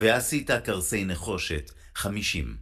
ועשית קרסי נחושת, 50.